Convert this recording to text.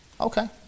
Okay